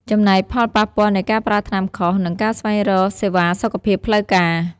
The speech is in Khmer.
ចំណែកផលប៉ះពាល់នៃការប្រើថ្នាំខុស និងការស្វែងរកសេវាសុខភាពផ្លូវការ។